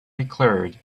declared